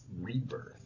Rebirth